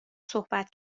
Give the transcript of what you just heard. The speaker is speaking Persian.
صحبت